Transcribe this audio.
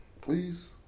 Please